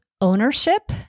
ownership